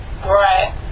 Right